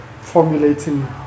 formulating